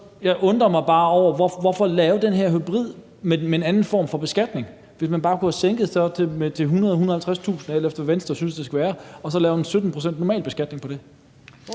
Jeg undrer mig bare over, hvorfor vi skal lave den her hybrid med en anden form for beskatning, hvis man bare kunne have sænket til 100.000 eller 150.000 kr., alt efter hvad Venstre synes det skal være, og så lave en 17-procentsnormalbeskatning på det.